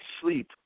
sleep